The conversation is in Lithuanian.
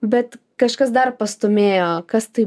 bet kažkas dar pastūmėjo kas tai